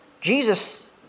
Jesus